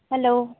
hello